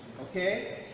okay